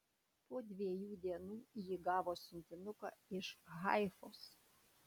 po dviejų dienų ji gavo siuntinuką iš haifos